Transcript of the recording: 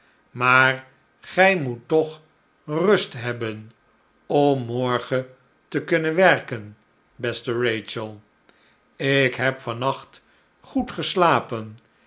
maar gij moet toch rust hebben om morgen te kunnen werken beste rachel ik heb van nacht goed geslapen